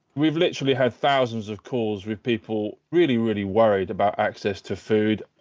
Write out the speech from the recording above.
we've literally had thousands of calls with people really really worried about access to food.